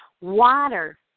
water